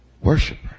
worshiper